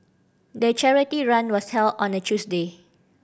the charity run was held on a Tuesday